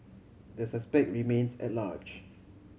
the suspect remains at large